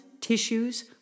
tissues